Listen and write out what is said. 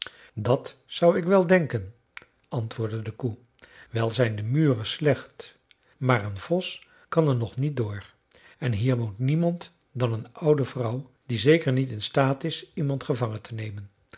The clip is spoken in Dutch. dat zou ik wel denken antwoordde de koe wel zijn de muren slecht maar een vos kan er nog niet door en hier woont niemand dan een oude vrouw die zeker niet in staat is iemand gevangen te nemen